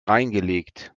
reingelegt